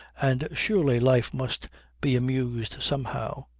and surely life must be amused somehow.